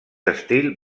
estil